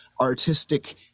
artistic